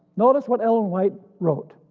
notice what ellen white wrote.